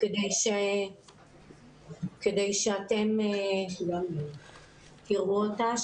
כדי שאתם תראו אותה.